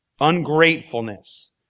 Ungratefulness